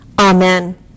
Amen